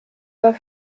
war